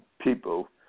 people